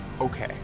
Okay